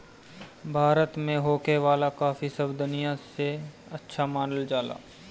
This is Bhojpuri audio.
भारत में होखे वाला काफी सब दनिया से अच्छा मानल जाला